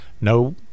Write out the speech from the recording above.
no